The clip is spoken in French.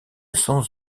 sens